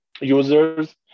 users